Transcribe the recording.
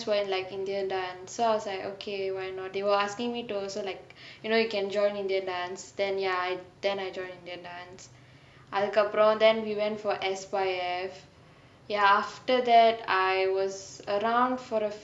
went like indian dance so I was like okay why not they were asking me to also like you know you can join indian dance then ya then I joined indian dance அதுக்கு அப்ரோ:athuku apro then we went for S_Y_F ya after that I was around for a